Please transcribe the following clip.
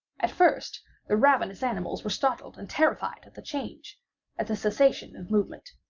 at first the ravenous animals were startled and terrified at the change at the cessation of movement.